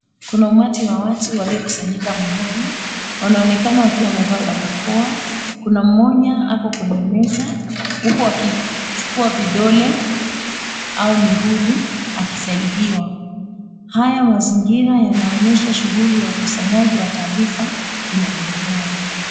Kuna umati wa watu waliokusanyika mahali wanaonekana wakiwa wamevaa barakoa kuna mmoja ako kwenye meza huku akichukua vidole au mihuri akisaidiwa haya mazingira yanaonyesha shughuli ya ukusanyaji wa taarifa inayoendelea.